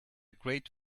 great